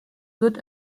wird